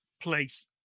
place